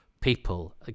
people